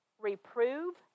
reprove